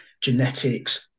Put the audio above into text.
genetics